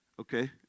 Okay